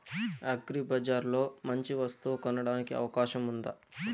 అగ్రిబజార్ లో మంచి వస్తువు కొనడానికి అవకాశం వుందా?